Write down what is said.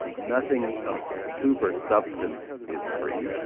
nothing of super substance is free,